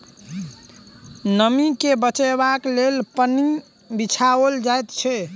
नमीं के बचयबाक लेल पन्नी बिछाओल जाइत छै